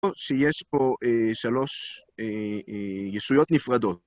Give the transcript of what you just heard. או שיש פה שלוש יישויות נפרדות.